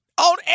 on